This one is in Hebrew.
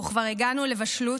וכבר הגענו לבשלות,